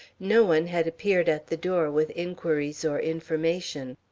no one had appeared at the door with inquiries or information.